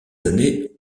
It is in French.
années